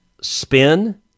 spin